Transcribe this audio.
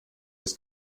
ist